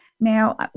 Now